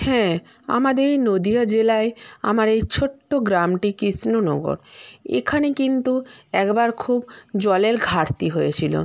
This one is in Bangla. হ্যাঁ আমাদের এই নদীয়া জেলায় আমার এই ছোট্ট গ্রামটি কৃষ্ণনগর এখানে কিন্তু একবার খুব জলের ঘাটতি হয়েছিলো